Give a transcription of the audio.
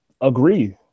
agree